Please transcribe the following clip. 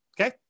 Okay